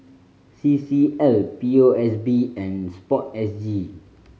C C L P O S B and SPORTSG